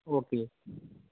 okay